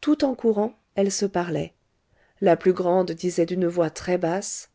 tout en courant elles se parlaient la plus grande disait d'une voix très basse